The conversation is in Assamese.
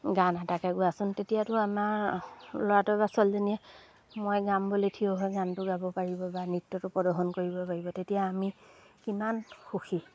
গান এটাকে গোৱাচোন তেতিয়াতো আমাৰ ল'ৰাটোৱে বা ছোৱালীজনীয়ে মই গাম বুলি থিয় হৈ গানটো গাব পাৰিব বা নৃত্যটো প্ৰদৰ্শন কৰিব পাৰিব তেতিয়া আমি কিমান সুখী